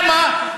למה?